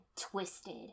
twisted